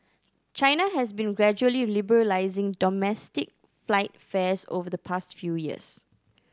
China has been gradually liberalising domestic flight fares over the past few years